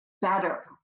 better